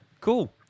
Cool